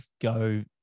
go